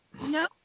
No